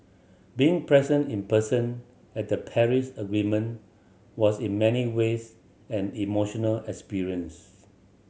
being present in person at the Paris Agreement was in many ways an emotional experience